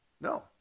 No